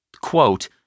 quote